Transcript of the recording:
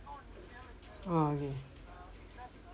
ah okay